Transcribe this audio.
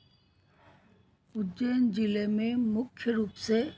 उज्जैन जिले में मुख्य रूप से